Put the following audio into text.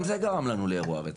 גם זה גרם לנו לאירוע רצח.